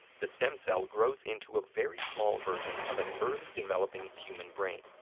the stem cell grows into a very small version of an early-developing human brain,